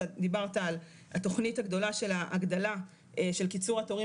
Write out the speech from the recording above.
אתה דיברת על התכנית הגדולה של ההגדלה של קיצור התורים